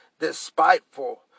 Despiteful